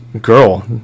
girl